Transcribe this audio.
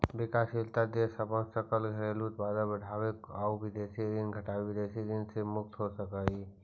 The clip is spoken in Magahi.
विकासशील देश अपन सकल घरेलू उत्पाद बढ़ाके आउ विदेशी ऋण घटाके विदेशी ऋण से मुक्त हो सकऽ हइ